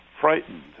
frightened